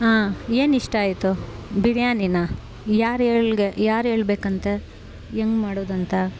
ಹಾಂ ಏನು ಇಷ್ಟ ಆಯ್ತು ಬಿರಿಯಾನಿಯ ಯಾರು ಏಳ್ಗೆ ಯಾರು ಹೇಳ್ಬೇಕಂತೆ ಹೆಂಗ ಮಾಡೋದಂತ